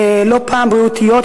לא פעם בריאותיות,